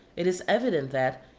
it is evident that,